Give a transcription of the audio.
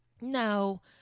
no